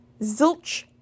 Zilch